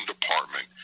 department